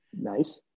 Nice